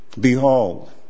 Behold